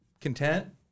content